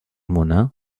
monin